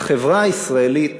החברה הישראלית